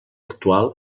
actual